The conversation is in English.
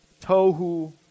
Tohu